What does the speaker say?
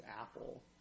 Apple